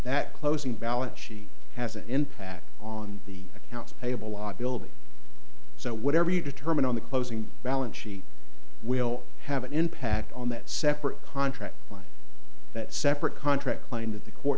that closing balance sheet has an impact on the accounts payable law building so whatever you determine on the closing balance sheet will have an impact on that separate contract that separate contract claim that the court